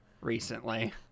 recently